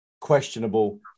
questionable